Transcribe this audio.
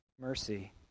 mercy